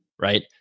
right